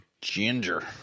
ginger